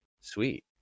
Sweet